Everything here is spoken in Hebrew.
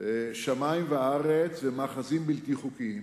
שמים וארץ ומאחזים בלתי חוקיים.